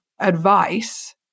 advice